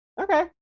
Okay